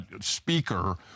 speaker